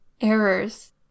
errors